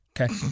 Okay